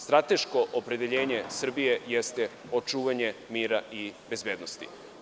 Strateško opredeljenje Srbije jeste očuvanje mira i bezbednosti.